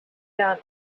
down